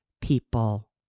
people